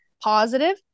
positive